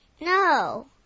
No